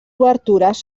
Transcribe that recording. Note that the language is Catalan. obertures